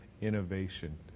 innovation